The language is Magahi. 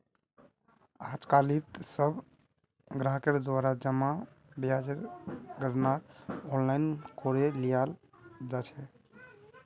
आजकालित सब ग्राहकेर द्वारा जमा ब्याजेर गणनार आनलाइन करे लियाल जा छेक